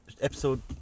episode